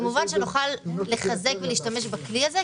כמובן שנוכל לחזק ולהשתמש בכלי הזה.